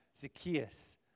Zacchaeus